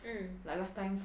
mm